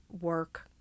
work